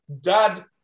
dad